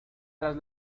tras